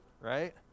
right